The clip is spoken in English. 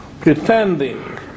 pretending